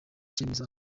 cyemezo